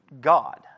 God